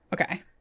Okay